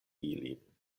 ilin